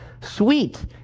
sweet